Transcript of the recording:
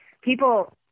people